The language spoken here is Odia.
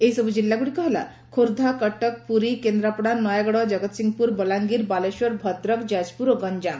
ଏହି ସବୁ ଜିଲ୍ଲାଗୁଡିକ ହେଲା ଖୋର୍ବ୍ଧା କଟକ ପୁରୀ କେନ୍ଦ୍ରାପଡା ନୟାଗଡ ଜଗତସିଂହପୁରବଲାଙ୍ଗୀର ବାଲେଶ୍ୱରଭଦ୍ରକ ଯାଜପୁର ଓ ଗଞ୍ଞାମ